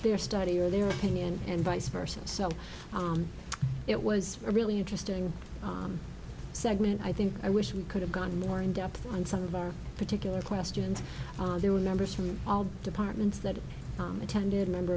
their study or their opinion and vice versa so it was a really interesting segment i think i wish we could have gotten more in depth on some of our particular questions there were members from all departments that attended a number